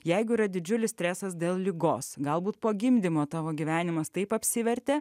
jeigu yra didžiulis stresas dėl ligos galbūt po gimdymo tavo gyvenimas taip apsivertė